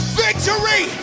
victory